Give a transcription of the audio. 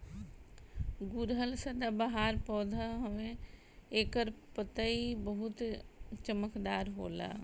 गुड़हल सदाबाहर पौधा हवे एकर पतइ बहुते चमकदार होला